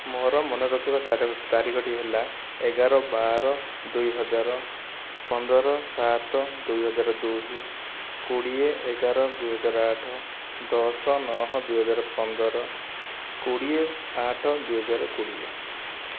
ମୋର ମନେ ରଖିବା ତାରିଖଟି ହେଲା ଏଗାର ବାର ଦୁଇ ହଜାର ପନ୍ଦର ସାତ ଦୁଇ ହଜାର ଦୁଇ କୋଡ଼ିଏ ଏଗାର ଦୁଇ ହଜାର ଆଠ ଦଶ ନଅ ଦୁଇ ହଜାର ପନ୍ଦର କୋଡ଼ିଏ ଆଠ ଦୁଇ ହଜାର କୋଡ଼ିଏ